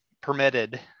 permitted